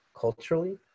culturally